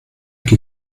que